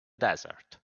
desert